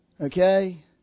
Okay